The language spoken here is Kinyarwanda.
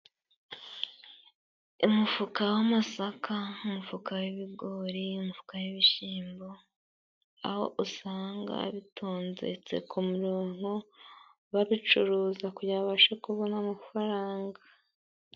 Umufuka w'amasaka, umufuka w'ibigori, umufuka w'ibishyimbo, aho usanga bitondetse ku mironko, babicuruza kugira babashe kubona amafaranga.